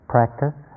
Practice